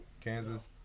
Kansas